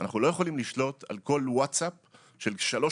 אנחנו לא יכולים לשלוט על כל וואטסאפ של שלוש